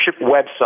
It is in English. website